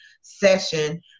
session